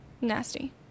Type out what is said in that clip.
nasty